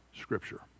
Scripture